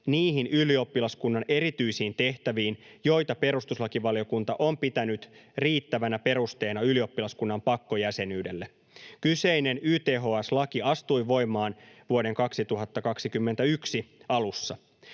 niihin ylioppilaskunnan erityisiin tehtäviin, joita perustuslakivaliokunta on pitänyt riittävänä perusteena ylioppilaskunnan pakkojäsenyydelle. Kyseinen YTHS-laki astui voimaan vuoden 2021 alussa.